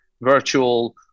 virtual